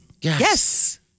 Yes